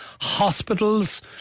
hospitals